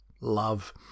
love